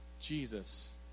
Jesus